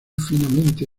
finamente